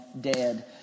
dead